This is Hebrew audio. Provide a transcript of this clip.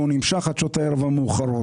והוא נמשך עד שעות הערב המאוחרות.